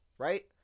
right